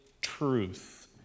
truth